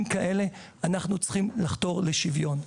כאלה אנחנו צריכים לחתור לשוויון.